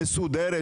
מסודרת,